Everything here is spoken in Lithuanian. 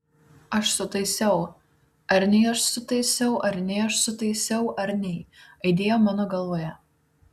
aš sutaisiau ar nei aš sutaisiau ar nei aš sutaisiau ar nei aidėjo mano galvoje